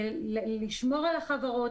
לשמור על החברות,